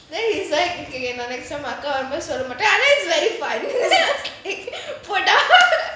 then he's like okay okay okay அக்கா வரும் போது சொல்லமாட்டேன்:akka varumpothu solla maattaen that's very fun போடா:podaa